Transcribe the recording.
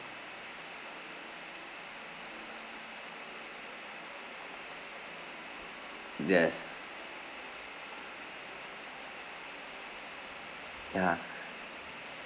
yes ya